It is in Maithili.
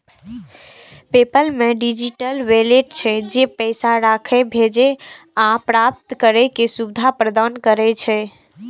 पेपल मे डिजिटल वैलेट छै, जे पैसा राखै, भेजै आ प्राप्त करै के सुविधा प्रदान करै छै